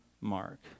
mark